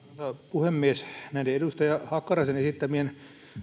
puhemies näiden edustaja hakkaraisen esittämien